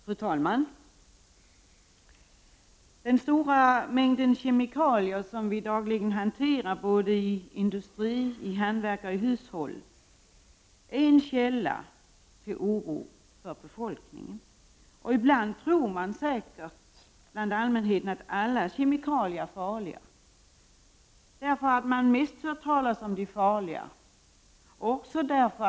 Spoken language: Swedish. Fru talman! Den stora mängd kemikalier som vi dagligen hanterar såväl inom industri och hantverk som i hushåll är en källa till oro för befolkningen. Ibland tror allmänheten säkert att alla kemikalier är farliga. Man hör ju mest talas om de kemikalier som är farliga.